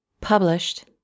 Published